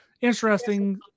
interesting